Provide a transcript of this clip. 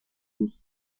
los